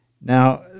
Now